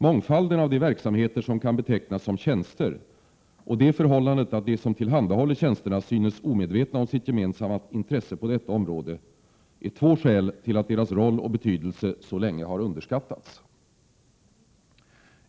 Mångfalden av de verksamheter som kan betecknas som ”tjänster” och det förhållandet att de, som tillhandahåller tjänsterna synes omedvetna om sitt gemensamma intresse på detta område är två skäl till att deras roll och betydelse så länge har underskattats.